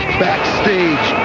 backstage